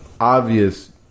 obvious